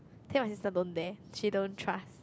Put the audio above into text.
tell my sister don't dare she don't trust